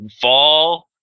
fall